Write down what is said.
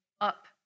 up